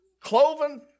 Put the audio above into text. cloven